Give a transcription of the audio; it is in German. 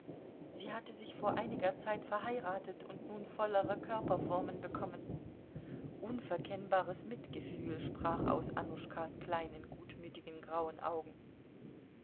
sie hatte sich vor einiger zeit verheiratet und nun vollere körperformen bekommen unverkennbares mitgefühl sprach aus annuschkas kleinen gutmütigen grauen augen